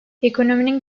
ekonominin